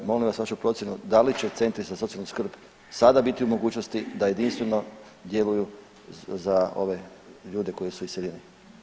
Molim vas vašu procjenu, da li će centri za socijalnu skrb sada biti u mogućnosti da jedinstveno djeluju za ove ljude koji su iseljeni?